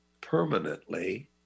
permanently